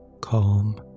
calm